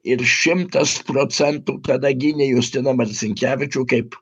ir šimtas procenta kada gynė justiną marcinkevičių kaip